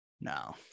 no